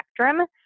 spectrum